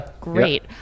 great